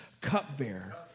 cupbearer